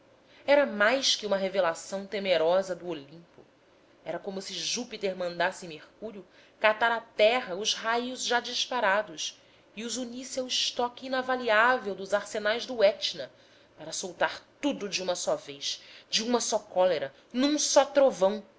era mais que uma revelação temerosa do olimpo era como se júpiter mandasse mercúrio catar à terra os raios já disparados e os unisse ao estoque inavaliável dos arsenais do etna para soltar tudo de uma só vez de uma só cólera num só trovão